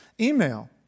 email